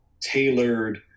tailored